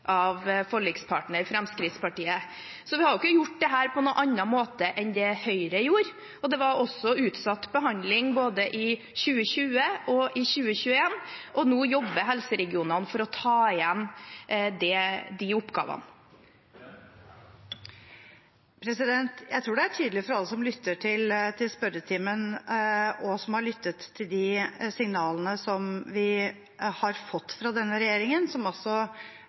Fremskrittspartiet. Så vi har ikke gjort dette på noen annen måte enn Høyre gjorde. Det var også utsatt behandling i både 2020 og 2021. Og nå jobber helseregionene for å ta igjen de oppgavene. Det blir oppfølgingsspørsmål – først Tone Wilhelmsen Trøen. Jeg tror det er tydelig for alle som lytter til spørretimen og som har lyttet til de signalene som vi har fått fra denne regjeringen, som